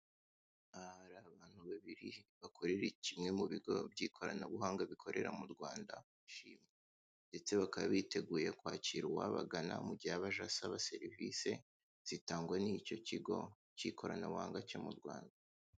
Aha hari abantu babiri bakorera kimwe mu bigo by'ikoranabuhanga bikorera mu Rwanda, ndetse bakaba biteguye kwakira uwabagana, mu gihe yaba aje asaba serivise zitangwa n'icyo kigo cy'ikoranabuhanga cyo mu Rwanda.